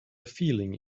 feeling